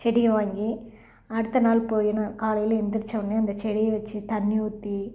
செடியை வாங்கி அடுத்த நாள் போயிங்க காலையில் எழுந்திரிச்ச உடனே அந்த செடியை வச்சி தண்ணி ஊற்றி